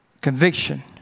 Conviction